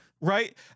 right